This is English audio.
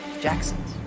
Jackson's